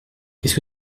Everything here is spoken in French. qu’est